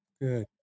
Good